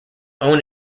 own